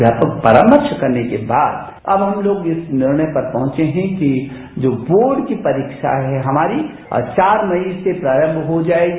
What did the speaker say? व्यापक परामर्श करने के बाद अब हम लोग इस निर्णय पर पहुंचे हैं कि जो बोर्ड की परीक्षा है हमारी अब चार मई से प्रारंभ हो जायेगी